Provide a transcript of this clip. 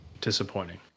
disappointing